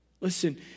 Listen